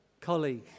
colleague